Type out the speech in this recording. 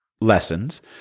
lessons